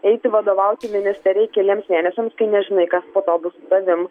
eiti vadovauti ministerijai keliems mėnesiams kai nežinai kas po to bus su tavim